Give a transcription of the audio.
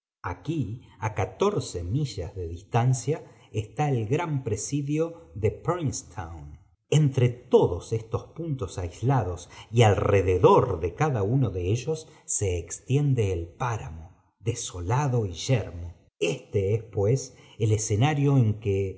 aquí á catorce millas de distancia está el gran presidio de princetown entre todos estos puntos aislados y alrededor de cada uno de ellos se extiende el páramo desolado y yermo este es pues el escenario en que